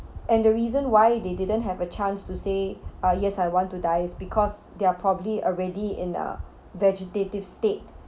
and the reason why they didn't have a chance to say ah yes I want to die is because they're probably already in a vegetative state